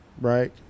Right